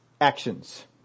actions